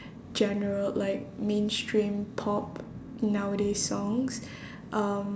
general like mainstream pop nowadays songs um